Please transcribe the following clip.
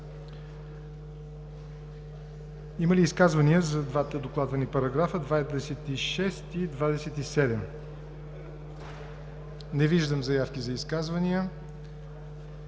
Има ли изказвания за двата докладвани § 26 и § 27? Не виждам заявки за изказвания.